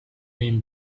men